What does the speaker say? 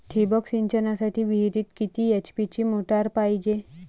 ठिबक सिंचनासाठी विहिरीत किती एच.पी ची मोटार पायजे?